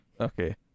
okay